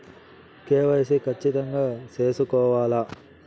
KYC ఖచ్చితంగా సేసుకోవాలా